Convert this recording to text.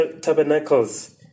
Tabernacles